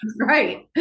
Right